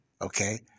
Okay